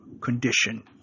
condition